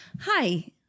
hi